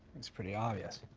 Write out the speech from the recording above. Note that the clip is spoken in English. it's pretty obvious.